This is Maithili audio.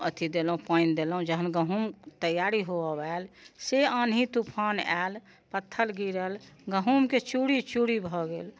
अथि देलहुँ पानि देलहुँ जखन गहूँम तैआरी होबऽ आएल से आन्ही तूफान आयल पथ्थल गिरल गहूँमके चूरि चूरि भऽ गेल